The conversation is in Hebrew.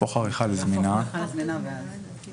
המטרה היא הסדרת הריבית שחלה על סכום שנקבעו